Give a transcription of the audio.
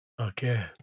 Okay